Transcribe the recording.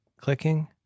Clicking